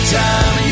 time